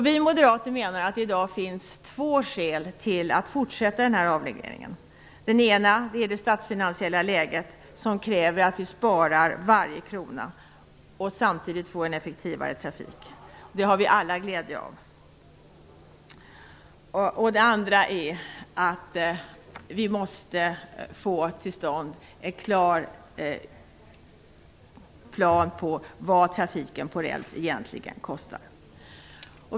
Vi moderater menar att det i dag finns två skäl till att fortsätta avregleringen. Det ena skälet är det statsfinansiella läget, som kräver att vi sparar varje krona och samtidigt får en effektivare trafik. Det har vi alla glädje av. Det andra skälet är att vi måste få klarhet om vad trafiken på räls egentligen kostar.